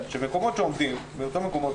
מקומות שעומדים בתו הסגול,